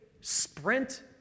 sprint